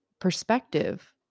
perspective